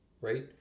right